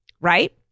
Right